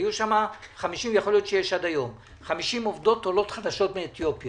היו שם 50 עובדות עולות חדשות מאתיופיה